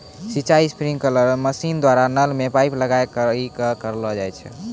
सिंचाई sprinkler machine द्वारा नल मे पाइप लगाय करि क करलो जाय छै